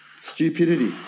stupidity